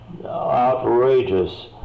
outrageous